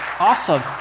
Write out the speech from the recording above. Awesome